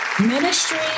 Ministry